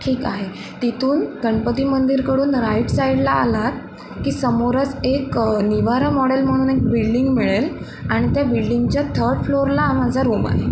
ठीक आहे तिथून गणपती मंदिरकडून राईट साईडला आलात की समोरच एक निवारा मॉडेल म्हणून एक बिल्डिंग मिळेल आणि त्या बिल्डिंगच्या थर्ड फ्लोअरला हा माझा रूम आहे